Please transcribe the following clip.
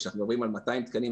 כשאנחנו מדברים על 200 תקנים,